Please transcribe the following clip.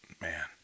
man